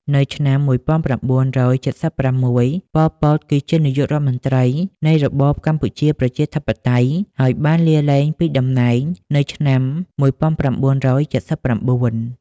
នៅឆ្នាំ១៩៧៦ ប៉ុល ពត គឺជានាយករដ្ឋមន្រ្តីនៃរបបកម្ពុជាប្រជាធិបតេយ្យ ហើយបានលាលែងពីតំណែងនៅឆ្នាំ១៩៧៩។